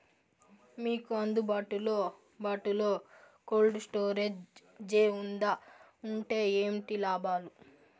మీకు అందుబాటులో బాటులో కోల్డ్ స్టోరేజ్ జే వుందా వుంటే ఏంటి లాభాలు?